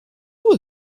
vuol